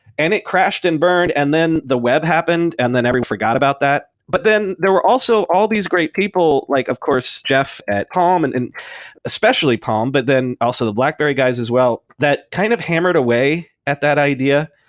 and it crashed and burned and then the web happened and then everyone forgot about that. but then there were also all these great people, like of course jeff at palm, um and and especially palm, but then also the blackberry guys as well, that kind of hammered away at that idea.